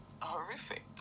horrific